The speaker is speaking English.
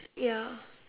ya